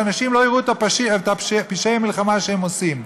שאנשים לא יראו את פשעי המלחמה שהם עושים.